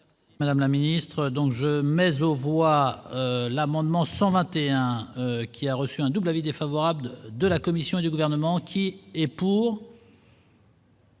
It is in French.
Madame la ministre, donc je mais aux voix l'amendement 121 qui a reçu un double avis défavorable de la commission et du gouvernement qui est pour.